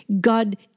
God